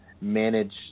manage